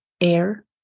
air